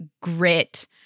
grit